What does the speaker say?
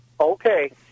Okay